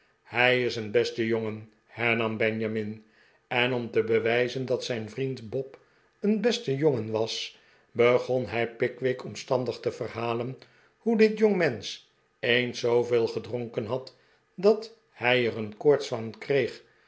hij is een beste jongen hernam benjamin en om te bewijzen dat zijn vriend bob een beste jongen was begon hij pickwick omstandig te verhalen hoe dit jongmensch eens zooveel gedronken had dat hij or een koorts van kreeg